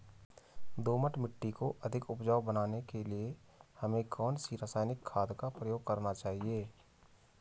दोमट मिट्टी को अधिक उपजाऊ बनाने के लिए हमें कौन सी रासायनिक खाद का प्रयोग करना चाहिए?